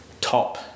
top